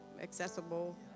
accessible